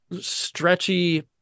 stretchy